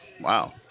Wow